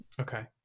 Okay